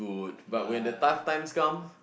but